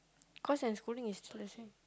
because excluding is serious sing